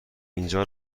اینجا